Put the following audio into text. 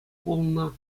пулнӑ